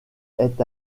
est